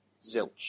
Zilch